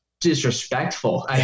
disrespectful